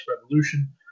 Revolution